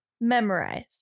Memorize